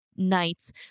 nights